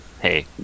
Hey